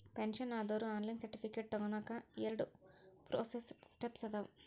pension ಆದೋರು online certificate ತೊಗೋನಕ ಎರಡ ಪ್ರೋಸೆಸ್ ಸ್ಟೆಪ್ಸ್ ಅದಾವ